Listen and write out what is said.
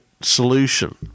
solution